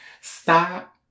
stop